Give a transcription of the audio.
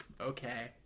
okay